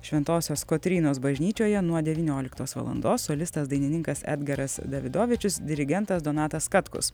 šventosios kotrynos bažnyčioje nuo devynioliktos valandos solistas dainininkas edgaras davidovičius dirigentas donatas katkus